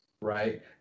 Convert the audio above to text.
Right